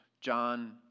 John